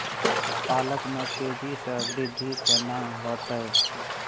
पालक में तेजी स वृद्धि केना होयत?